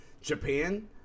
Japan